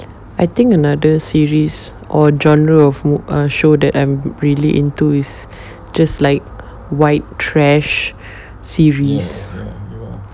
I think another series or genre of err or show that I'm really into is just like white trash series